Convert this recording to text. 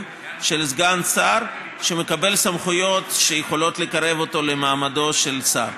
של סגן שר שמקבל סמכויות שיכולות לקרב אותו למעמדו של שר.